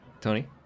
Tony